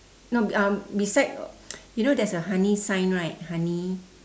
no uh beside you know there's a honey sign right honey